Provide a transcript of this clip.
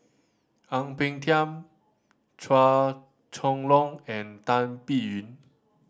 Ang Peng Tiam Chua Chong Long and Tan Biyun